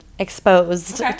Exposed